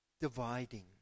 dividing